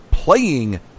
playing